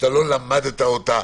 שלא למדת אותה,